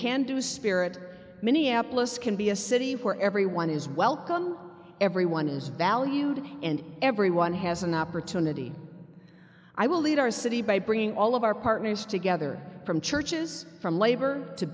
can do spirit minneapolis can be a city where everyone is welcome everyone is valued and everyone has an opportunity i will lead our city by bringing all of our partners together from churches from labor to